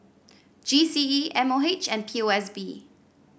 G C E M O H and P O S B